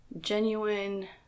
genuine